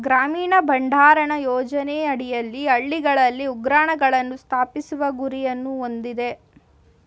ಗ್ರಾಮೀಣ ಭಂಡಾರಣ ಯೋಜನೆ ಅಡಿಯಲ್ಲಿ ಹಳ್ಳಿಗಳಲ್ಲಿ ಉಗ್ರಾಣಗಳನ್ನು ಸ್ಥಾಪಿಸುವ ಗುರಿಯನ್ನು ಹೊಂದಯ್ತೆ